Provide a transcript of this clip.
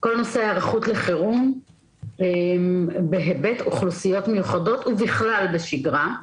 כל נושא ההיערכות לחירום בהיבט אוכלוסיות מיוחדות ובכלל בשגרה,